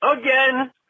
again